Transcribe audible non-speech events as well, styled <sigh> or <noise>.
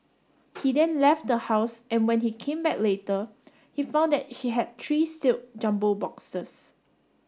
<noise> he then left the house and when he came back later he found that she had tree sealed jumbo boxes